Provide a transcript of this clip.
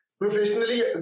professionally